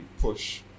push